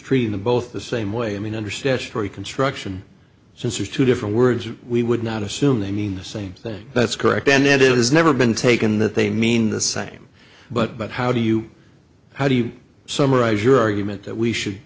treating the both the same way i mean under statutory construction since are two different words we would not assume they mean the same thing that's correct and it has never been taken that they mean the same but but how do you how do you summarize your argument that we should